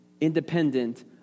independent